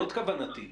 זאת כוונתי.